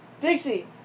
Dixie